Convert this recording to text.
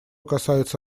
касается